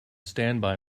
standby